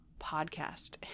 podcast